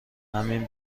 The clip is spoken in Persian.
همین